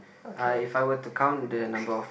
I if I were to count the number of